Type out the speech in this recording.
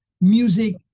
music